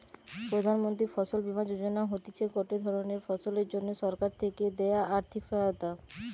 প্রধান মন্ত্রী ফসল বীমা যোজনা হতিছে গটে ধরণের ফসলের জন্যে সরকার থেকে দেয়া আর্থিক সহায়তা